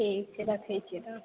ठीक छै रखै छियै तऽ